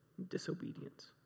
disobedience